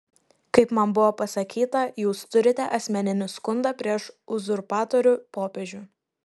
kaip man buvo pasakyta jūs turite asmeninį skundą prieš uzurpatorių popiežių